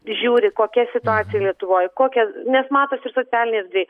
žiūri kokia situacija lietuvoj kokia nes matos ir socialinėj erdvėj